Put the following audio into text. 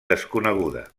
desconeguda